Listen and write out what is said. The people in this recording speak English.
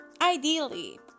ideally